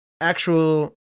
actual